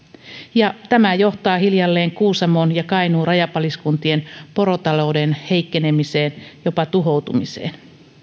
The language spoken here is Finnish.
tämä johtaa hiljalleen kuusamon ja kainuun rajapaliskuntien porotalouden heikkenemiseen jopa tuhoutumiseen